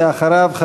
ואחריו,